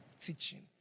teaching